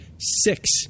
six